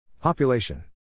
Population